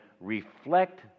reflect